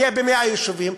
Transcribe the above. יהיה ב-100 יישובים,